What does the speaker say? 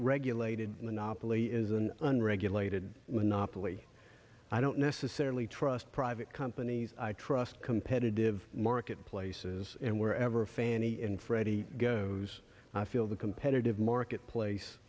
regulated monopoly is an unregulated monopoly i don't necessarily trust private companies i trust competitive marketplaces and wherever fannie and freddie goes i feel the competitive marketplace